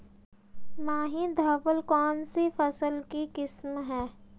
माही धवल कौनसी फसल की किस्म है?